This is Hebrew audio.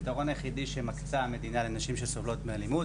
הפתרון היחידי שמקצה המדינה לנשים שסובלות מאלימות,